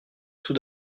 tout